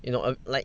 you know um like